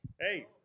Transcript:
Hey